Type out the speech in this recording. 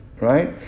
right